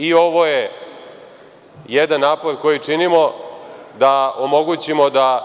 I ovo je jedan napor koji činimo da omogućimo da…